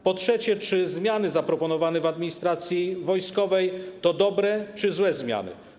Po trzecie, czy zmiany zaproponowane w administracji wojskowej to dobre czy złe zmiany?